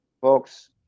Folks